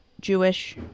Jewish